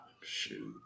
Shoot